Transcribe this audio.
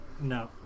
no